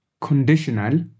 Conditional